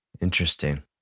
Interesting